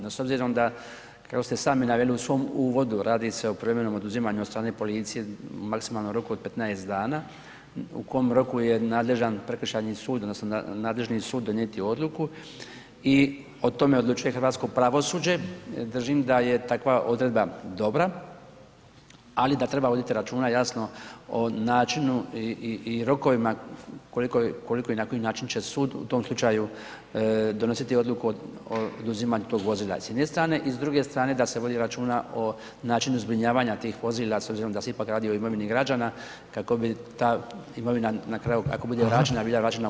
No, s obzirom da, kako ste sami naveli u svom uvodu, radi se o privremenom oduzimanju od strane policije u maksimalnom roku od 15 dana, u kome roku je nadležan prekršajni sud odnosno nadležni sud donijeti odluku i o tome odlučuje hrvatsko pravosuđe, držim da je takva odredba dobra, ali da treba voditi računa jasno o načinu i rokovima koliko i na koji način će sud u tom slučaju donositi odluku o oduzimanju tog vozila s jedne strane i s druge strane da se vodi računa o načinu zbrinjavanja tih vozila s obzirom da se ipak radi o imovini građana kako bi ta imovina na kraju [[Upadica: Hvala]] ako bude vraćena, bila vraćena u stanju u kom je oduzeta.